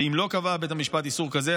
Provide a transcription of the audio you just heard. ואם לא קבע בית המשפט איסור כזה,